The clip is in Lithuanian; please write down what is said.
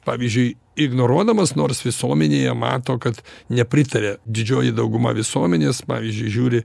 pavyzdžiui ignoruodamas nors visuomenėje mato kad nepritaria didžioji dauguma visuomenės pavyzdžiui žiūri